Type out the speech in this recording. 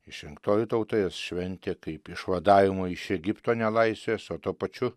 išrinktoji tauta jas šventė kaip išvadavimo iš egipto nelaisvės o tuo pačiu